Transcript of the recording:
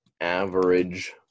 average